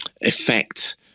effect